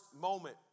moment